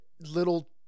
little